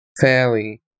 fairly